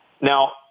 Now